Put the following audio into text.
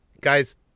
guys